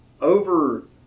over